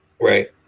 Right